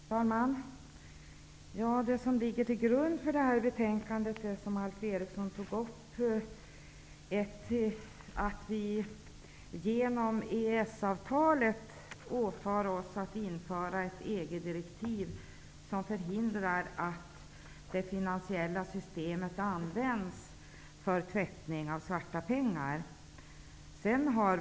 Herr talman! Det som ligger till grund för betänkandet JuU37 om penningtvätt, och som Alf Eriksson tog upp i sitt anförande, är att Sverige genom EES-avtalet åtar sig att införa ett EG direktiv som förhindrar att det finansiella systemet används för tvättning av svarta pengar.